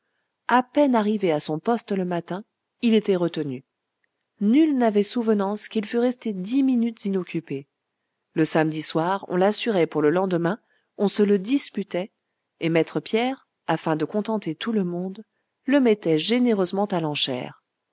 a peine arrivé à son poste le matin il était retenu nul n'avait souvenance qu'il fût resté dix minutes inoccupé le samedi soir on l'assurait pour le lendemain on se le disputait et maître pierre afin de contenter tout le monde le mettait généreusement à l'enchère